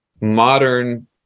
modern